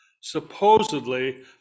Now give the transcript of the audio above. supposedly